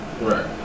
Right